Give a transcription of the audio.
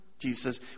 Jesus